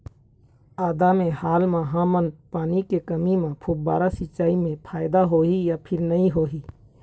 आदा मे हाल मा हमन पानी के कमी म फुब्बारा सिचाई मे फायदा होही या फिर नई होही?